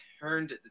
turned